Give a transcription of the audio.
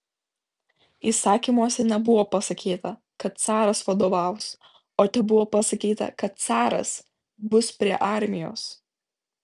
įsakymuose nebuvo pasakyta kad caras vadovaus o tebuvo pasakyta kad caras bus prie armijos